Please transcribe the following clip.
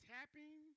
Tapping